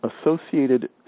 associated